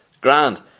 Grand